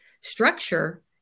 structure